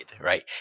right